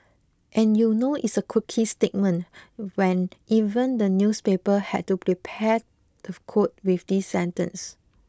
and you know it's a quirky statement when even the newspaper had to prepare the quote with this sentence